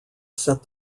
set